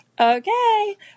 Okay